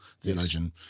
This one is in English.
theologian